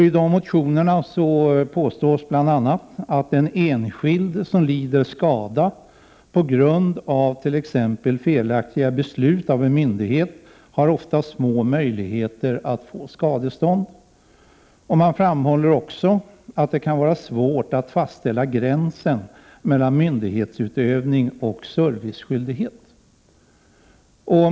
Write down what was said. I de motionerna påstås bl.a. att en enskild som lider skada på grund av t.ex. felaktigt beslut av en myndighet ofta har små möjligheter att få skadestånd. Man framhåller också att det kan vara svårt att fastställa gränsen mellan myndighetsutövning och serviceskyldighet.